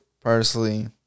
personally